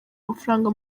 amafaranga